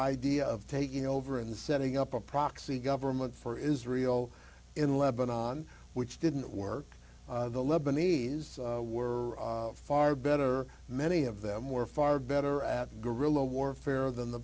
idea of taking over and setting up a proxy government for israel in lebanon which didn't work the lebanese were far better many of them were far better at guerilla warfare than the